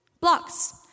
Blocks